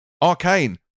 Arcane